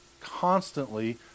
constantly